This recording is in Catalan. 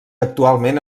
actualment